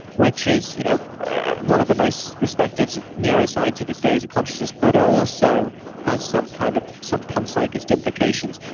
which is you know ah one of the most respected neuroscientific theories of consciousness but also has some kind of some panpsychism implications.